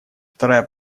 вторая